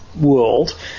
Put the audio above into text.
world